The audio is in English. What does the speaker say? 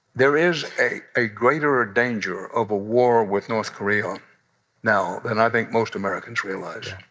there is a a greater ah danger of a war with north korea now than i think most americans realize,